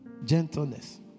Gentleness